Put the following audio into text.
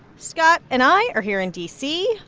scott and i are here in d c.